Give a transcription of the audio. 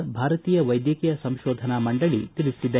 ಭಾರತೀಯ ವೈದ್ಯಕೀಯ ಸಂಶೋಧನಾ ಮಂಡಳಿ ತಿಳಿಸಿದೆ